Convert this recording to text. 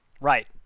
Right